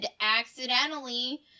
accidentally